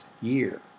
year